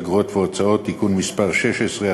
אגרות והוצאות (תיקון מס' 16),